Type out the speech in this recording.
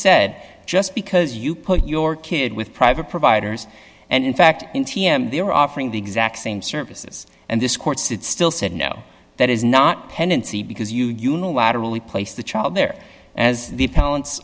said just because you put your kid with private providers and in fact in t m they're offering the exact same services and this court sit still said no that is not pendency because you unilaterally place the child there as the pa